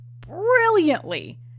brilliantly